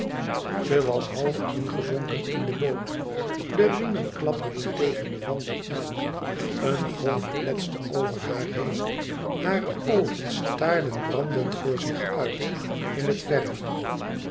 ze was half ingezonken in de boot de riemen klapperden tegen de wanden aan een golf kletste over haar heen hare oogen staarden brandend voor zich uit in het verre